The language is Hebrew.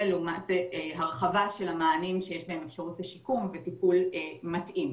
ולעומת זה הרחבה של המענים שיש בהם אפשרות לשיקום וטיפול מתאים.